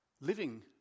living